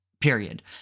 period